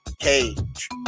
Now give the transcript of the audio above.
cage